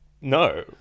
no